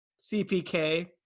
CPK